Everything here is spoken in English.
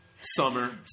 Summer